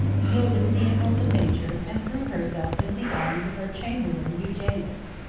yielded to the impulse of nature, and threw herself into the arms of her chamberlain eugenius.